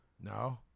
No